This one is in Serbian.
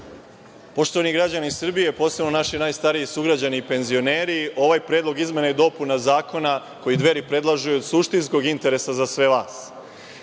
Poštovani građani Srbije, posebno naši najstariji sugrađani i penzioneri, ovaj Predlog izmena i dopuna zakona koji Dveri predlažu od suštinskog je interesa za sve vas. Šta